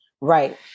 Right